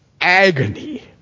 agony